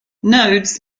nodes